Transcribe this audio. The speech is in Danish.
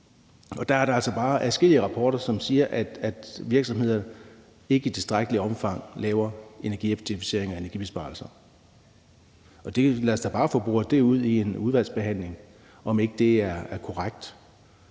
er der altså bare adskillige rapporter, som siger, at virksomheder ikke i tilstrækkeligt omfang laver energieffektiviseringer og energibesparelser. Og lad os da bare få boret ud i udvalgsbehandlingen, om ikke det er korrekt.